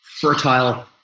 fertile